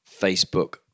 Facebook